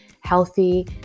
healthy